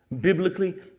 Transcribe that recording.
Biblically